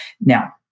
now